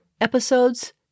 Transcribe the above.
episodes